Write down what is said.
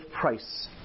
price